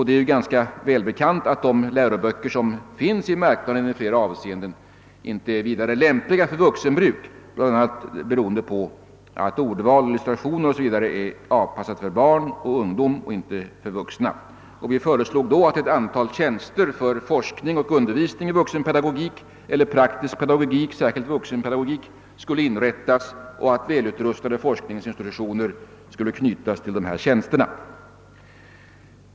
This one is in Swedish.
Det är ganska välbekant att de läroböcker som finns i marknaden i flera avseenden inte är vidäre lämpliga för vuxenbruk, bla. beroende på att ordval, illustrationer 0. s. v. är avpassade för barn och ungdom och inte för vuxna. Vi föreslog då att ett antal tjänster för forskning och undervisning i vuxenpedagogik eller praktisk pedagogik, särskilt vuxenpedagogik, skulle inrättas samt att välutrustade forskningsinstitutioner skulle knytas till dessa tjänster. ”.